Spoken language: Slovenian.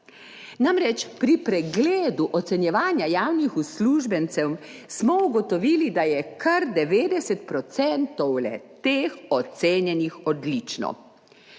Namreč, pri pregledu ocenjevanja javnih uslužbencev smo ugotovili, da je kar 90 procentov le-teh ocenjenih odlično.